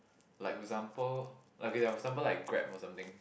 like for example like okay for example like Grab or something